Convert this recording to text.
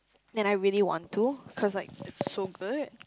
and I really want to cause like it's so good